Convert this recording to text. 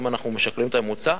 אם אנחנו משקללים את הממוצע,